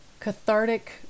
cathartic